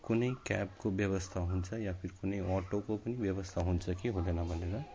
कुनै क्याबको व्यवस्था हुन्छ वा फेरि कुनै अटोको पनि व्यवस्था हुन्छ कि हुँदैन भनेर